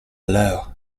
l’heure